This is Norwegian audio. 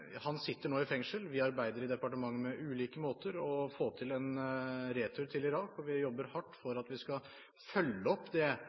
Han sitter nå i fengsel. Vi arbeider i departementet med ulike måter å få til en retur til Irak på, og vi jobber hardt for at vi skal følge opp det